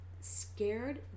scared